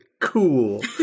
Cool